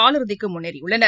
காலிறுதிக்குமுன்னேறியுள்ளனர்